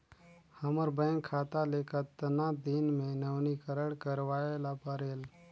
हमर बैंक खाता ले कतना दिन मे नवीनीकरण करवाय ला परेल?